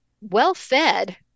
well-fed